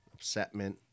upsetment